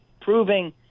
proving